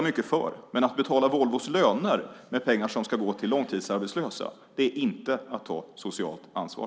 Jag är för det, men att betala Volvos löner med pengar som ska gå till långtidsarbetslösa är inte att ta socialt ansvar.